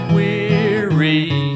weary